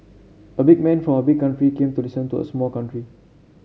a big man from a big country came to listen to a small country